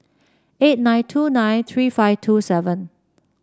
eight nine two nine three five two seven